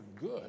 good